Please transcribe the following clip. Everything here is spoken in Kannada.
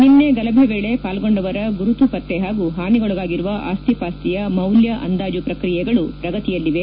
ನಿನ್ನೆ ಗಲಭೆ ವೇಳೆ ಪಾಲ್ಗೊಂಡವರ ಗುರುತು ಪತ್ತೆ ಹಾಗೂ ಹಾನಿಗೊಳಗಾಗಿರುವ ಆಸ್ತಿ ಪಾಸ್ತಿಯ ಮೌಲ್ಯ ಅಂದಾಜು ಪ್ರಕ್ರಿಯೆಗಳು ಪ್ರಗತಿಯಲ್ಲಿವೆ